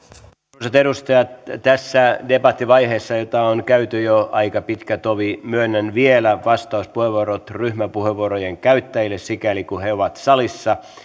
arvoisat edustajat tässä debattivaiheessa jota on käyty jo aika pitkä tovi myönnän vielä vastauspuheenvuorot ryhmäpuheenvuorojen käyttäjille sikäli kuin he ovat salissa